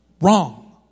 wrong